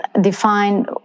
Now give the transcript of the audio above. define